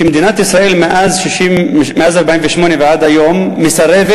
ואשר מדינת ישראל מאז 1948 ועד היום מסרבת